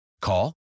Call